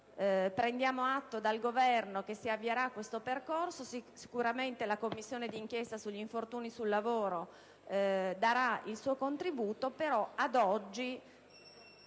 Prendiamo atto dal Governo che si avvierà questo percorso e sicuramente la Commissione d'inchiesta sugli infortuni sul lavoro darà il proprio contributo, ma ad oggi